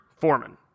Foreman